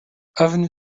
avenue